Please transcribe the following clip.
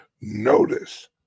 notice